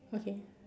okay